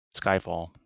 Skyfall